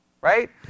right